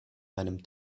einem